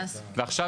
עכשיו,